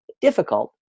Difficult